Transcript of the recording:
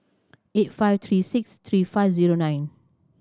eight five three six three five zero nine